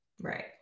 Right